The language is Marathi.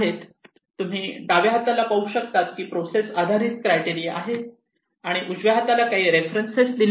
तुम्ही डाव्या हाताला पाहू शकतात की प्रोसेस आधारित क्रायटेरिया आहेत आणि उजव्या हाताला काही रेफरन्सेस दिले आहेत